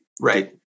right